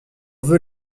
veut